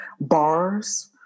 bars